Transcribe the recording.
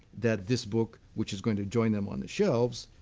that this book, which is going to join them on the shelves,